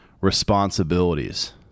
responsibilities